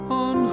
on